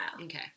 Okay